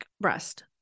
breast